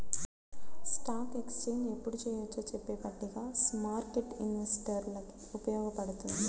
stock exchange ఎప్పుడు చెయ్యొచ్చో చెప్పే పట్టిక స్మార్కెట్టు ఇన్వెస్టర్లకి ఉపయోగపడుతుంది